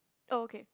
oh okay